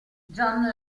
john